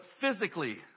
physically